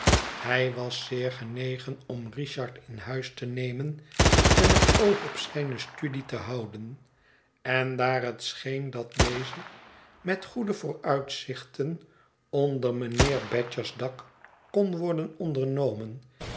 hij was zeer genegen om richard in huis te nemen en het oog op zijne studie te houden en daar het scheen dat deze met goede vooruitzichten onder mijnheer badger's dak kon worden ondernomen